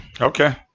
Okay